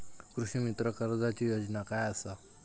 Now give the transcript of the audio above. कृषीमित्र कर्जाची योजना काय असा?